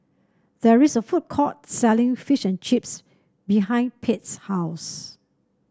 there is a food court selling Fish and Chips behind Pete's house